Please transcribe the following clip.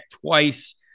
twice